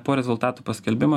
po rezultatų paskelbimo